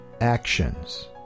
actions